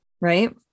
Right